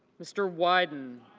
mr. wyden